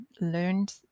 learned